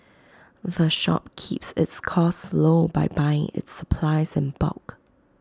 the shop keeps its costs low by buying its supplies in bulk